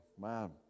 man